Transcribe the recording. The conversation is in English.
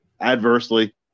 adversely